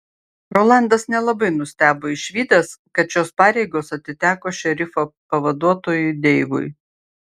rolandas nelabai nustebo išvydęs kad šios pareigos atiteko šerifo pavaduotojui deivui